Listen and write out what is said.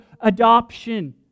adoption